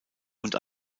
und